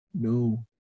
No